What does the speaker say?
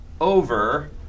over